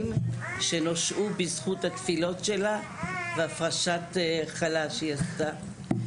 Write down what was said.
שנושעו בזכות התפילות והפרשת חלה שהיא עשתה,